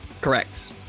Correct